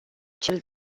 cel